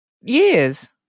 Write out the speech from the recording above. years